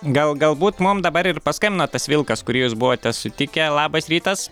gal galbūt mum dabar ir paskambino tas vilkas kurį jūs buvote sutikę labas rytas